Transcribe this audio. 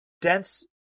dense